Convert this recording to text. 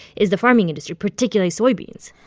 is the farming industry, particularly soybeans?